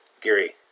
Gary